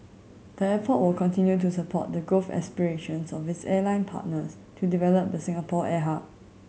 the airport will continue to support the growth aspirations of its airline partners to develop the Singapore air hub